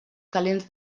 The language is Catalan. calents